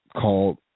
called